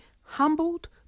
humbled